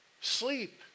sleep